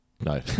no